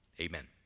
amen